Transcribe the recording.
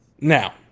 Now